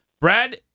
Brad